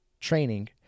training